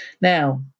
Now